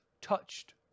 touched